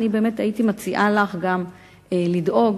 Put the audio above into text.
אני באמת הייתי מציעה לך גם לדאוג